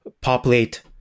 populate